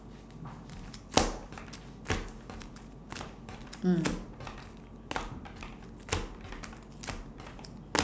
mm